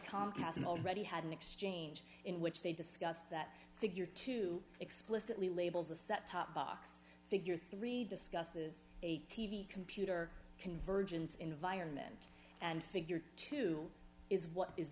comcast already had an exchange in which they discussed that figure two explicitly labels a set top box figure three discusses a t v computer convergence environment and figure two is what is